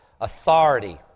authority